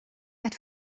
had